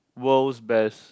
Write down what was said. world's best